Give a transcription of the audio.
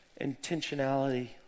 intentionality